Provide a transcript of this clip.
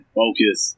focus